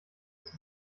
ist